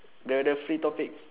the the free topic